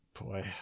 Boy